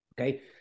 Okay